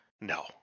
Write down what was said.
No